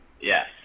Yes